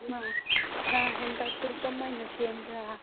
ꯏꯃꯥ ꯉꯥ ꯍꯦꯟꯇꯥꯛꯇꯣ ꯀꯃꯥꯏꯅ ꯁꯦꯝꯕ꯭ꯔꯥ